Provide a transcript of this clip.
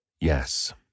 Yes